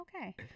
okay